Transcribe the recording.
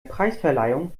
preisverleihung